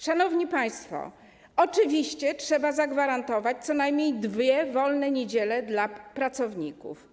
Szanowni państwo, oczywiście trzeba zagwarantować co najmniej dwie wolne niedziele pracownikom.